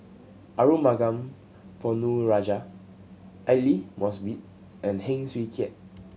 Arumugam Ponnu Rajah Aidli Mosbit and Heng Swee Keat